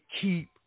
keep